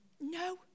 No